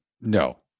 No